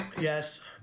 Yes